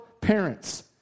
parents